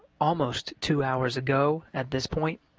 almost two hours ago at this point.